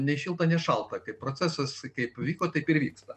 nei šilta nei šalta kaip procesas kaip vyko taip ir vyksta